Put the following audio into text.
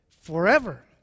forever